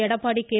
Edappadi K